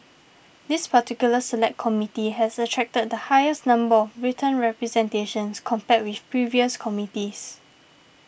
this particular Select Committee has attracted the highest number of written representations compared with previous committees